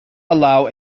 allow